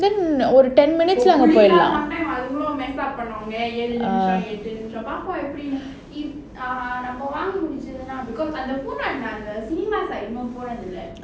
then ஒரு:oru ten minutes போய்டலாம் பார்ப்போம் எப்படினு:poyidalam paarpom epdinu ah